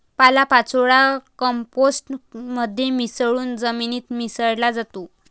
पालापाचोळा कंपोस्ट मध्ये मिसळून जमिनीत मिसळला जातो